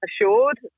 assured